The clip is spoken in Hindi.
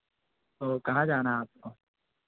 तो कहाँ जाना है आपको